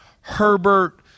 Herbert